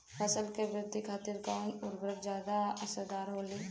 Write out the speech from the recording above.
फसल के वृद्धि खातिन कवन उर्वरक ज्यादा असरदार होखि?